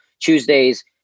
Tuesdays